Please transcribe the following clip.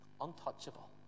untouchable